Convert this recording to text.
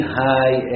high